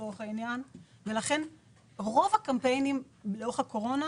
לכן רוב הקמפיינים לאורך תקופת הקורונה